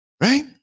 Right